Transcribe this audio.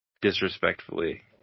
disrespectfully